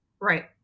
Right